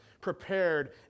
prepared